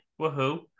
Woohoo